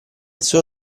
suo